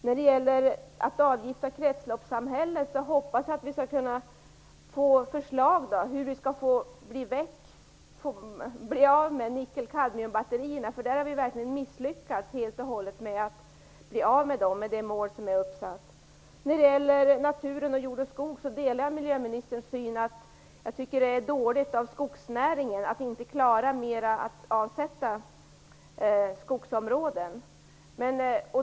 När det gäller att avgifta kretsloppssamhället hoppas jag att vi skall kunna få förslag till hur vi skall bli av med nickel-kadmium-batterierna. Där har vi verkligen misslyckats helt och hållet med att bli av med dem och nå det mål som är uppsatt. När det gäller naturen, jord och skog delar jag miljöministerns syn att det är dåligt av skogsnäringen att inte klara att avsätta fler skogsområden.